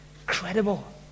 incredible